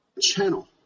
channel